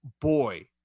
boy